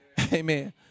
Amen